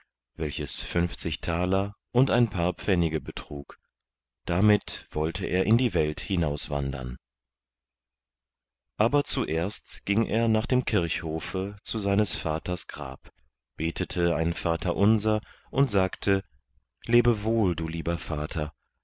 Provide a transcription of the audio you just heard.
welches fünfzig thaler und ein paar pfennige betrug damit wollte er in die welt hinauswandern aber zuerst ging er nach dem kirchhofe zu seines vaters grab betete ein vaterunser und sagte lebewohl du lieber vater